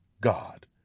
God